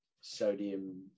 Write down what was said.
sodium